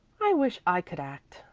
i wish i could act,